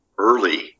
early